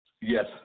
Yes